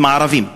הם ערבים.